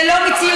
זה לא מציאותי.